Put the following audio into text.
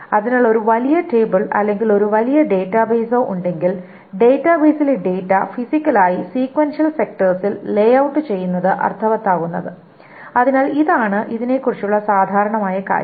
അതിനാൽ ഒരു വലിയ ടേബിൾ അല്ലെങ്കിൽ ഒരു വലിയ ഡാറ്റാബേസോ ഉണ്ടെങ്കിൽ ഡാറ്റാബേസിലെ ഡാറ്റ ഫിസിക്കലായി സ്വീകൻഷ്യൽ സെക്ടേഴ്സിൽ ലേഔട്ട് ചെയ്യുന്നത് അർത്ഥവത്താകുന്നത് അതിനാൽ ഇതാണ് ഇതിനെക്കുറിച്ചുള്ള സാധാരണയായ കാര്യം